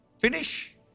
Finish